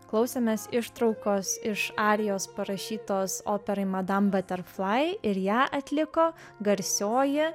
klausėmės ištraukos iš arijos parašytos operai madam baterflai ir ją atliko garsioji